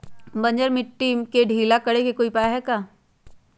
बंजर मिट्टी के ढीला करेके कोई उपाय है का?